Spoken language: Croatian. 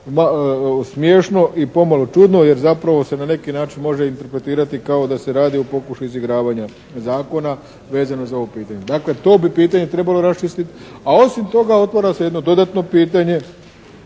smiješno i pomalo čudno jer zapravo se na neki način može interpretirati kao da se radi o pokušaju izigravanja zakona vezano za ovo pitanje. Dakle to bi pitanje trebalo raščistiti. A osim toga otvara se jedno dodatno pitanje